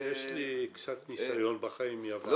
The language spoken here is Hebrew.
יש לי קצת ניסיון בחיים מהוועדות.